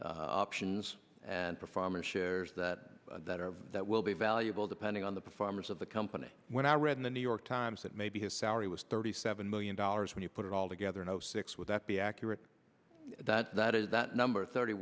some options and performer shares that that are that will be valuable depending on the performance of the company when i read in the new york times that maybe his salary was thirty seven million dollars when you put it all together no six with that be accurate that that is that number thirty